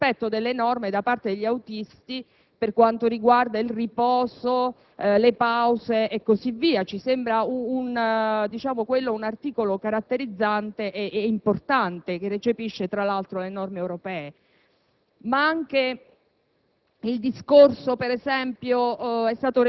relativamente alla sicurezza e al rispetto delle norme, da parte degli autisti, per quanto riguarda il riposo, le pause e così via: ci sembra si tratti di un articolo caratterizzante e importante che recepisce, tra l'altro, le norme europee.